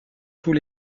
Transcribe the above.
tous